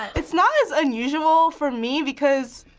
it's not as unusual for me, because